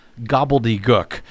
gobbledygook